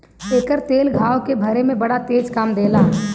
एकर तेल घाव के भरे में बड़ा तेज काम देला